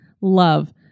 Love